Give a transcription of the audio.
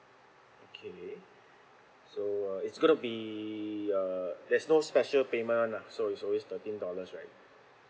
okay so uh it's gonna be uh there's no special payment one lah so it's always thirteen dollars right